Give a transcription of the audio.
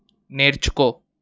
నేర్చుకో